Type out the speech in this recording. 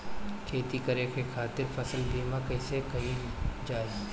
खेती करे के खातीर फसल बीमा कईसे कइल जाए?